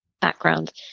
background